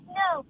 no